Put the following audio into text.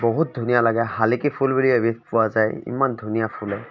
বহুত ধুনীয়া লাগে শালিকী ফুল বুলি এবিধ পোৱা যায় ইমান ধুনীয়া ফুলে